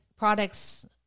Products